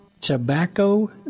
Tobacco